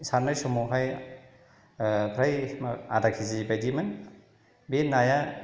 सारनाय समावहाय फ्राय आदा केजि बायदिमोन बे नाया